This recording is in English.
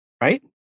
right